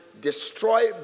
destroy